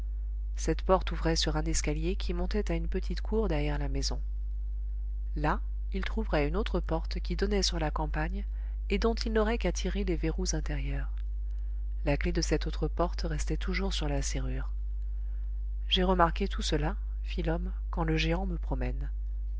cette porte ouvrait sur un escalier qui montait à une petite cour derrière la maison là ils trouveraient une autre porte qui donnait sur la campagne et dont ils n'auraient qu'à tirer les verrous intérieurs la clef de cette autre porte restait toujours sur la serrure j'ai remarqué tout cela fit l'homme quand le géant me promène